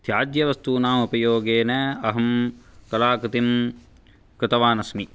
त्याज्यवस्तुनाम् उपयोगेन अहं कलाकृतिं कृतवान् अस्मि